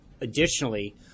additionally